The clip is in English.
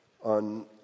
on